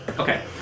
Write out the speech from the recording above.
Okay